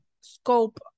scope